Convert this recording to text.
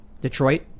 Detroit